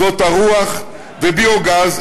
רוח וביוגז,